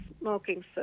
smoking